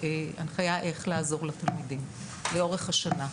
הנחיה איך לעזור לתלמידים לאורך השנה.